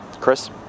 Chris